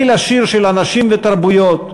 בליל עשיר של אנשים ותרבויות,